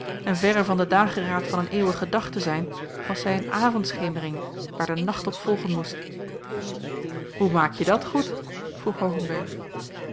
en verre van de dageraad van een eeuwigen dag te zijn was zij een avondschemering waar de nacht op volgen moest hoe maakje dat goed vroeg hoogenberg